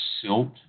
silt